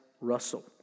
Russell